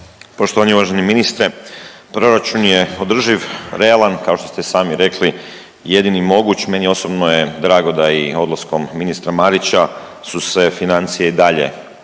Poštovani i uvaženi ministre, proračun je održi, realan kao što ste i sami rekli jedini moguć. Meni osobno je drago da i odlaskom ministra Marića su se financije i dalje